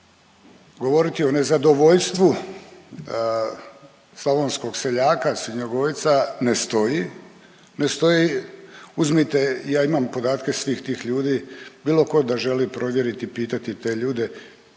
govoriti o nezadovoljstvu slavonskog seljaka svinjogojca ne stoji, ne stoji, uzmite ja imam podatke svih tih ljudi, bilo tko da želi provjeriti, pitati te ljude